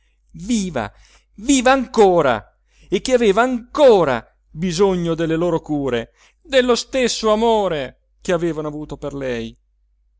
viva viva ancora e che aveva ancora bisogno delle loro cure dello stesso amore che avevano avuto per lei